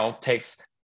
takes